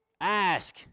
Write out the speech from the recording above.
Ask